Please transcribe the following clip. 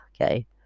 okay